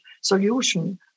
solution